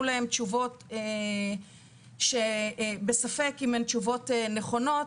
להם תשובות שבספק אם הן תשובות נכונות,